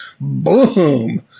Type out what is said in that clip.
boom